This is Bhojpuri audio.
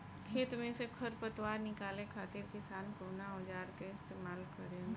खेत में से खर पतवार निकाले खातिर किसान कउना औजार क इस्तेमाल करे न?